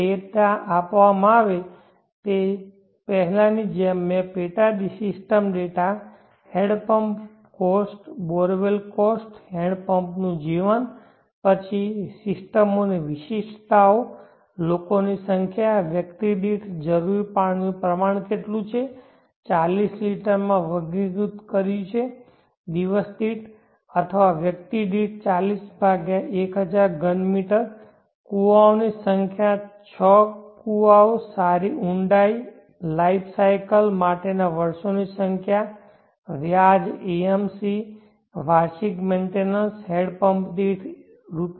data આપવામાં આવે છે પહેલાની જેમ મેં પેટા system data hand pump cost borewell cost હેન્ડપંપનું જીવન પછી સિસ્ટમોની વિશિષ્ટતાઓ લોકોની સંખ્યા વ્યક્તિ દીઠ જરૂરી પાણીનું પ્રમાણ કેટલું છે 40 લિટરમાં વર્ગીકૃત કર્યું છે દિવસ દીઠ અથવા વ્યક્તિ દીઠ 40 ભાગ્યા 1000 ઘન મીટર કુવાઓની સંખ્યા 6 કુવાઓ સારી ઊંડાઈ લાઈફ સાયકલ માટેના વર્ષોની સંખ્યા વ્યાજ AMC વાર્ષિક મેન્ટેનન્સ હેન્ડપંપ દીઠ રૂ